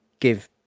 give